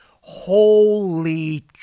Holy